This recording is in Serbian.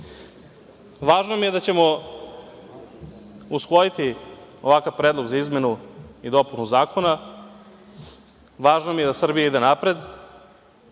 Važno mi je da ćemo usvojiti ovakav predlog za izmenu i dopunu zakona, važno mi je da Srbija ide napred,